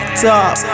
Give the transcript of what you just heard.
top